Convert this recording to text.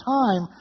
time